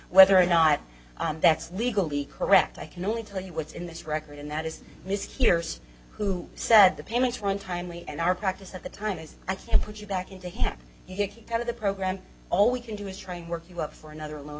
whether or not that's legally correct i can only tell you what's in this record and that is mishears who said the payments run timely and our practice at the time is i can put you back into him he kicked out of the program all we can do is try and work you up for another lo